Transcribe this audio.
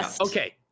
okay